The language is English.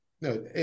no